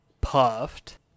puffed